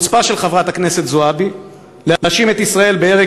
החוצפה של חברת הכנסת זועבי להאשים את ישראל בהרג